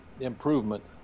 improvement